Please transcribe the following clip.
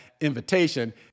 invitation